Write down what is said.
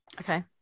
Okay